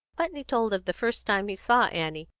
putney told of the first time he saw annie,